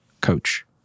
coach